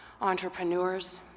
entrepreneurs